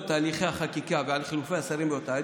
תהליכי החקיקה ועל חילופי השרים באותה עת,